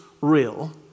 real